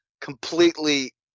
completely